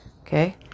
Okay